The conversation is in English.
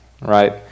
Right